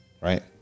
right